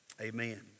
amen